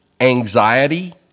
anxiety